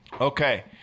Okay